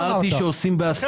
אמרתי שעושים בהסכמות.